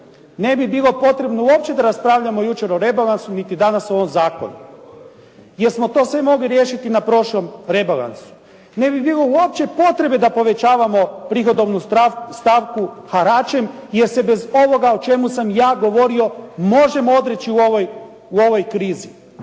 ne bi bilo potrebno uopće da raspravljamo o rebalansu niti danas o ovom zakonu, jer smo to mogli sve riješiti na prošlom rebalansu. Ne bi bilo uopće potrebe da povećamo prihodovnu stavku haračem, jer se bez ovoga o čemu sam ja govorio možemo odreći u ovoj krizi.